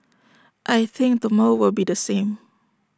I think tomorrow will be the same